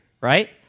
right